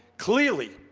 clearly,